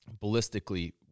ballistically